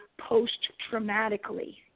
post-traumatically